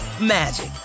magic